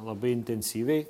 labai intensyviai